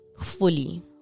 fully